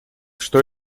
что